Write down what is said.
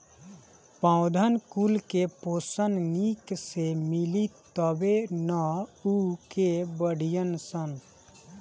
पौधन कुल के पोषन निक से मिली तबे नअ उ के बढ़ीयन सन